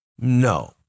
No